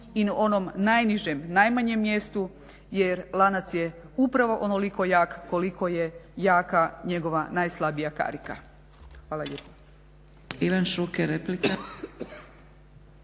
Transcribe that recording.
i onom najnižem, najmanjem mjestu jer lanac je upravo onoliko jak koliko je jaka njegova najslabija karika. Hvala lijepo.